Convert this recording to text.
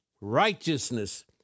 righteousness